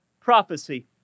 prophecy